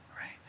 right